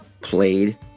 played